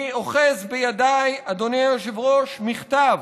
אני אוחז בידיי, אדוני היושב-ראש, מכתב